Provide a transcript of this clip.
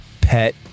pet